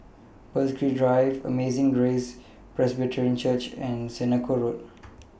Burghley Drive Amazing Grace Presbyterian Church and Senoko Road